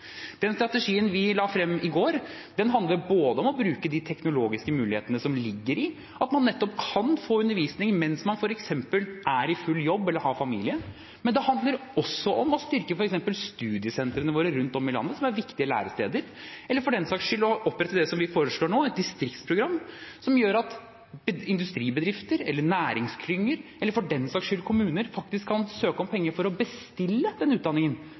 Den strategien vi la frem i går, handler om å bruke de teknologiske mulighetene som ligger i at man kan få undervisning mens man f.eks. er i full jobb eller har familie, men det handler også om å styrke f.eks. studiesentrene våre rundt om i landet, som er viktige læresteder. Det handler også om å opprette det vi foreslår nå, et distriktsprogram, som gjør at industribedrifter, næringsklynger eller – for den saks skyld – kommuner faktisk kan søke om penger for å bestille den utdanningen